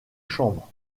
chambres